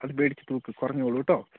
അത് മേടിച്ചു തൂക്ക് കുറഞ്ഞോളൂട്ടോ